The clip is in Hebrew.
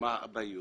(מתרגם תרגום חופשי מהשפה הערבית)